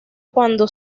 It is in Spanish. cuando